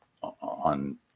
on